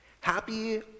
Happy